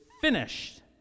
finished